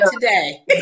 today